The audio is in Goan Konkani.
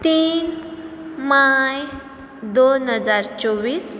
तीन माय दोन हजार चोवीस